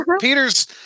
Peter's